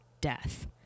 death